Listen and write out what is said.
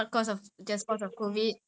same oh my god